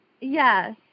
Yes